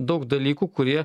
daug dalykų kurie